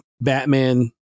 Batman